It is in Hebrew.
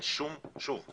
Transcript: שוב,